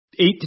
eight